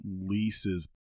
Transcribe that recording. leases